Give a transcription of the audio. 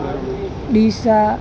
Deesa